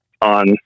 on